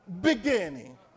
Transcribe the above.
beginning